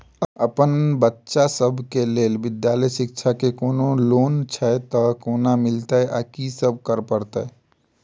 अप्पन बच्चा सब केँ लैल विधालय शिक्षा केँ कोनों लोन छैय तऽ कोना मिलतय आ की सब करै पड़तय